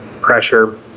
pressure